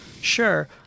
Sure